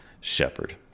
shepherd